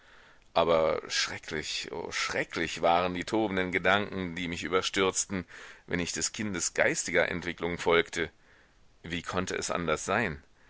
aber schrecklich o schrecklich waren die tobenden gedanken die mich überstürzten wenn ich des kindes geistiger entwicklung folgte wie konnte es anders sein